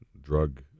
drug